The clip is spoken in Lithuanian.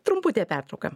trumputė pertrauka